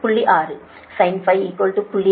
6 sin 0